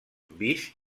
vis